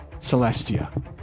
Celestia